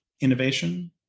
innovation